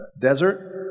desert